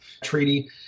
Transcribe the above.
treaty